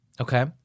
Okay